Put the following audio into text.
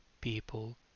people